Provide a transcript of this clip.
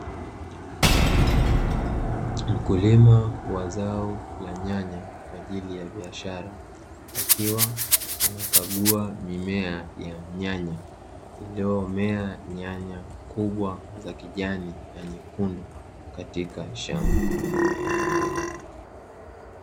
Mkulima wa zao la nyanya kwa ajili ya biashara akiwa anakagua mimea ya nyanya, iliyomea nyanya kubwa za kijani na nyekundu katika shamba.